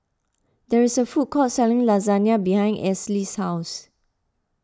there is a food court selling Lasagna behind Esley's house